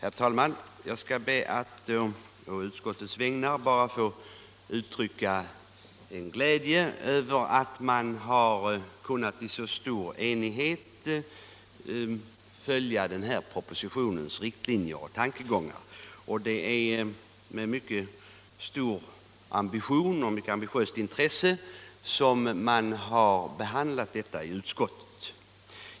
Herr talman! Jag skall bara be att på utskottets vägnar få uttrycka min glädje över att man i så stor enighet kunnat följa propositionens riktlinjer och tankegångar. I utskottet har man också intresserat och med mycket stor ambition behandlat frågan.